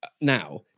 now